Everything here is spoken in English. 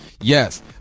Yes